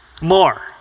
more